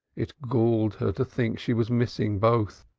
it galled her to think she was missing both.